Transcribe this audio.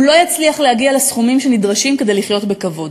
הוא לא יצליח להגיע לסכומים שנדרשים כדי לחיות בכבוד.